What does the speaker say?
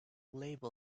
label